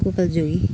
Gopal Jogi